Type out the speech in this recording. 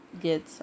get